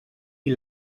qui